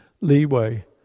leeway